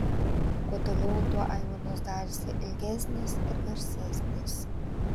kuo toliau tuo aimanos darėsi ilgesnės ir garsesnės